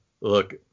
Look